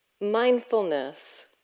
mindfulness